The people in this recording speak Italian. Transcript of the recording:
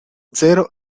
zero